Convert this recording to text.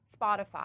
Spotify